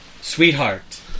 sweetheart